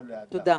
תודה.